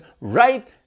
right